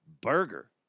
burger